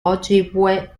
ojibwe